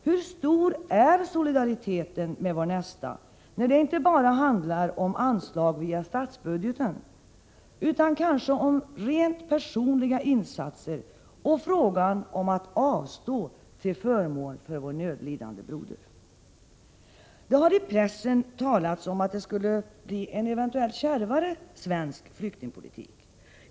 Hur stor är solidariteten med vår nästa, när det inte bara handlar om anslag via statsbudgeten utan kanske om rent personliga insatser och frågan om att avstå till förmån för vår nödlidande broder? Det har i pressen talats om en eventuellt ”kärvare” svensk flyktingpolitik.